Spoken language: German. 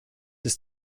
ist